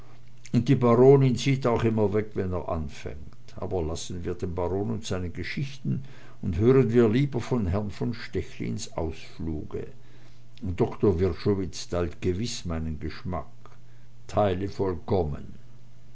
und die baronin sieht auch immer weg wenn er anfängt aber lassen wir den baron und seine geschichten und hören wir lieber von herrn von stechlins ausfluge doktor wrschowitz teilt gewiß meinen geschmack teile vollkommen